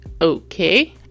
okay